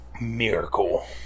miracle